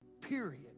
period